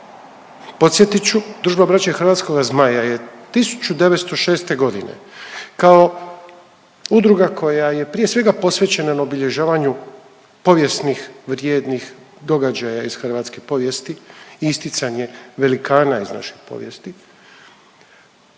Podsjetit ću, Družba Braće Hrvatskoga Zmaja je 1906.g. kao udruga koja je prije svega posvećena obilježavanju povijesnih vrijednih događaja iz hrvatske povijesti i isticanje velikana iz naše povijesti,